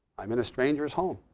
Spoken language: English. i'm in a stranger's home.